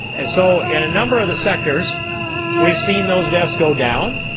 and so in a number of the sectors we've seen those deaths go down,